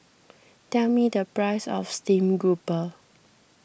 tell me the price of Steamed Grouper